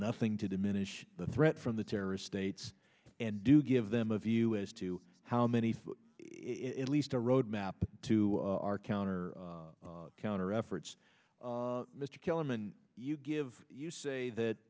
nothing to diminish the threat from the terrorist states and do give them a view as to how many it least a roadmap to our counter counter efforts mr kellerman you give you say that